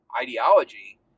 ideology